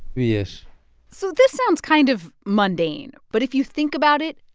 yes so this sounds kind of mundane. but if you think about it,